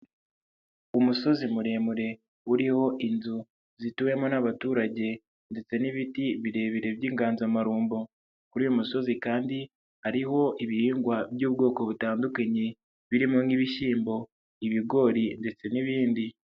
Umusozi muremure uriho inzu zituwemo n'abaturage ndetse n'ibiti birebire by'inganzamarumbo, kuri uyu musozi kandi hariho ibihingwa by'ubwoko butandukanye birimo nk'ibishyimbo, ibigori ndetse n'ibindi.